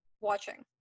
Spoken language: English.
watching